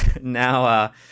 now